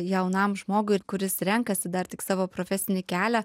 jaunam žmogui ir kuris renkasi dar tik savo profesinį kelią